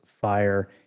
fire